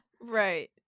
Right